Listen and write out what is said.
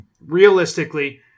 realistically